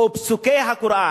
או פסוקי הקוראן,